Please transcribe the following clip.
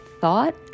thought